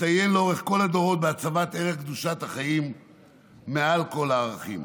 הצטיין לאורך כל הדורות בהצבת ערך קדושת החיים מעל כל הערכים.